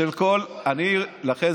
יש זכות?